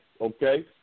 Okay